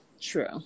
True